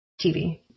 TV